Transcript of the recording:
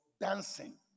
dancing